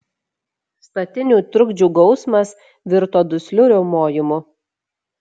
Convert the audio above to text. statinių trukdžių gausmas virto dusliu riaumojimu